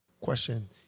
Question